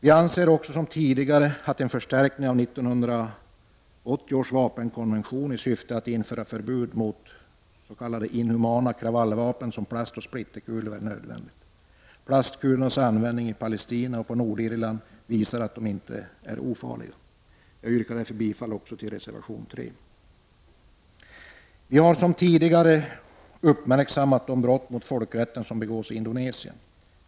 Vi anser också som tidigare att en förstärkning av 1980 års vapenkonvention i syfte att införa förbud mot inhumana s.k. kravallvapen som plastoch splitterkulor är nödvändig. Plastkulornas användning i Palestina och på Nordirland visar att de inte är ofarliga. Jag yrkar därför bifall till reservation 3. Vi har som tidigare uppmärksammat de brott mot folkrätten som begås av Indonesien.